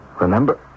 remember